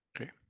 Okay